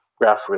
graph